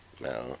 No